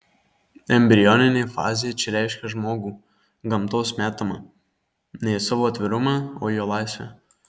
embrioninė fazė čia reiškia žmogų gamtos metamą ne į savo atvirumą o į jo laisvę